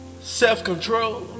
self-control